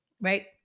right